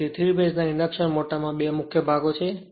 તેથી 3 ફેજ ના ઇન્ડક્શન મોટરમાં 2 મુખ્ય ભાગો છે